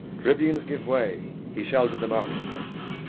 tribunes, give way he shall to the market-place.